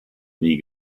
nie